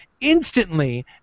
instantly